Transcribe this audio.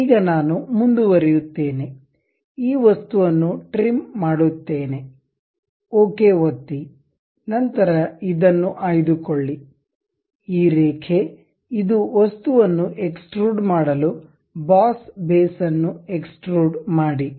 ಈಗ ನಾನು ಮುಂದುವರಿಯುತ್ತೇನೆ ಈ ವಸ್ತುವನ್ನು ಟ್ರಿಮ್ ಮಾಡುತ್ತೇನೆ ಓಕೆ ಒತ್ತಿ ನಂತರ ಇದನ್ನು ಆಯ್ದುಕೊಳ್ಳಿ ಈ ರೇಖೆ ಇದು ವಸ್ತುವನ್ನು ಎಕ್ಸ್ಟ್ರುಡ್ ಮಾಡಲು ಬಾಸ್ ಬೇಸ್ ಅನ್ನು ಎಕ್ಸ್ಟ್ರುಡ್ ಮಾಡಿ